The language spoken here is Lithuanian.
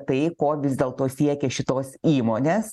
tai ko vis dėlto siekia šitos įmonės